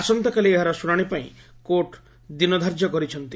ଆସନ୍ତାକାଲି ଏହାର ଶ୍ରଶାଣି ପାଇଁ କୋର୍ଟ ଦିନଧାର୍ଯ୍ୟ କରିଛନ୍ତି